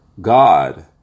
God